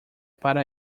para